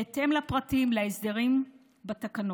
בהתאם לפרטים ולהסדרים בתקנות.